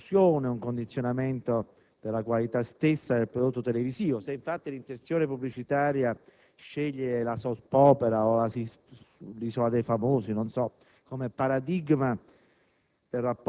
una distorsione e un condizionamento della qualità del prodotto televisivo. Se, infatti, l'inserzione pubblicitaria sceglie la *soap opera* o «L'Isola dei famosi» come paradigma